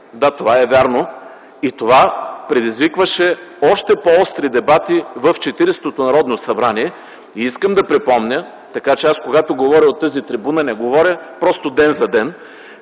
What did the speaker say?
Да, това е вярно и това предизвикваше още по-остри дебати в Четиридесетото Народно събрание. Така че аз, когато говоря от тази трибуна, не говоря просто ден за ден.